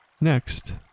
Next